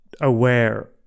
aware